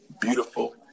beautiful